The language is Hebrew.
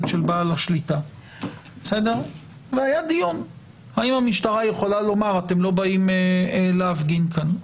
של בעל השליטה והיה דיון האם המשטרה יכולה לומר: אתם לא באים להפגין כאן.